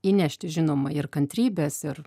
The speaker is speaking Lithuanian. įnešti žinoma ir kantrybės ir